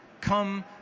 come